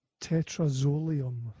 Tetrazolium